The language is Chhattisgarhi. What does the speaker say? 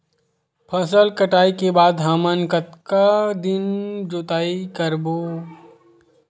फसल कटाई के बाद हमन कतका दिन जोताई करबो?